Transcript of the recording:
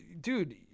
dude